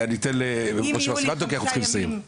אני אתן למשה בר סימן טוב כי אנחנו צריכים לסיים.